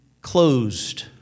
closed